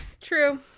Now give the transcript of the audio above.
True